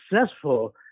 successful